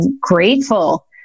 grateful